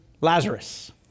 Lazarus